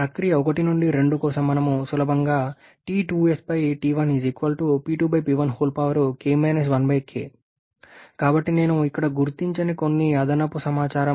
ప్రక్రియ 1 2 కోసం మనం సులభంగా వ్రాయవచ్చు కాబట్టి నేను ఇక్కడ గుర్తించని కొన్ని అదనపు సమాచారం